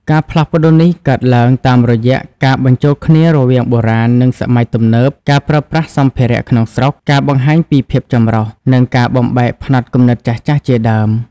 ការផ្លាស់ប្តូរនេះកើតឡើងតាមរយៈ ការបញ្ចូលគ្នារវាងបុរាណ និងសម័យទំនើប ការប្រើប្រាស់សម្ភារៈក្នុងស្រុក ការបង្ហាញពីភាពចម្រុះ និងការបំបែកផ្នត់គំនិតចាស់ៗ ជាដើម។